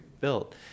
built